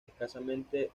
escasamente